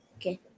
Okay